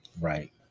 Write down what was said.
Right